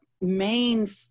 main